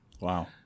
wow